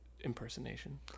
impersonation